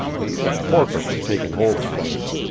he's a corker for taking hold of things.